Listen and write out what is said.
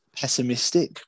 pessimistic